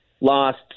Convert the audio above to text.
lost